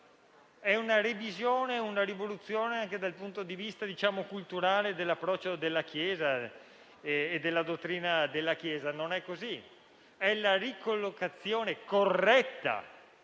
è una revisione e una rivoluzione anche dal punto di vista culturale, dell'approccio della chiesa e della sua dottrina. Non è così; è la ricollocazione corretta